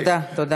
תודה, תודה.